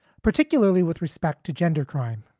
particularly with respect to gender crime.